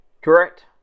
Correct